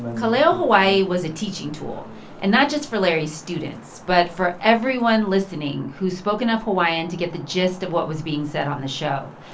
ka leo hawai'i was a teaching tool and not just for larry's students, but for everyone listening who spoke enough hawaiian to get the gist of what was being said on the show.